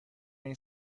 این